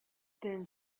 then